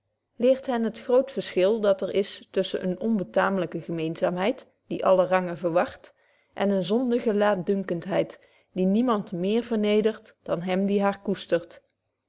hen het groot verschil dat er is tusschen eene onbetaamlyke gemeenzaamheid die alle rangen verward en eene zondige laatdunkenheid die niemand meer vernederd dan hem die haar koestert